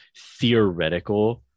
theoretical